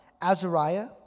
Azariah